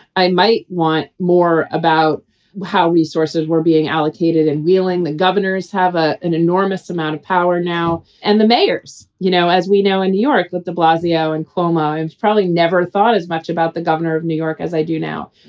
i might want more about how resources were being allocated and reeling. the governors have ah an enormous amount of power now. and the mayors, you know, as we know in new york with de blasio and cuomo and probably never thought as much about the governor of new york as i do now.